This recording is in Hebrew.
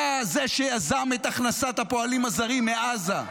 אתה זה שיזם את הכנסת הפועלים הזרים מעזה.